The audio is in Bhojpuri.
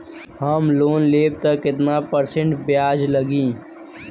हम लोन लेब त कितना परसेंट ब्याज लागी?